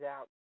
out